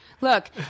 Look